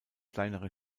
kleinere